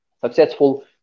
successful